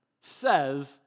says